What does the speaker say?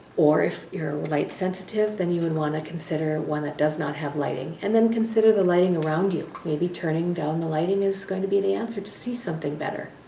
or if you're light sensitive, then you'd and want to consider one that does not have lighting. and then consider the lighting around you. maybe turning down the lighting is going to be the answer to see something better.